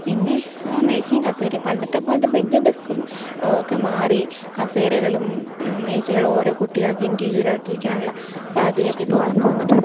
പിന്നെ മേശയും കസേരയും പണ്ടത്തെ പോലത്തെ ബെഞ്ചും ഡെസ്ക്കും ഒക്കെ മാറി കസേരകളും മേശകളും ഓരോ കുട്ടികൾക്ക് ഇൻഡിവിജ്വലായിട്ടിരിക്കാനുള്ള സാഹചര്യമൊക്കെ ഇപ്പോള് വളർന്നു വന്നിട്ടുണ്ട്